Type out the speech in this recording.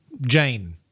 Jane